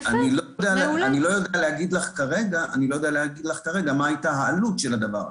אני לא יודע להגיד לך כרגע מה הייתה העלות של הדבר הזה.